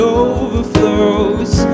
overflows